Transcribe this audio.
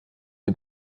dem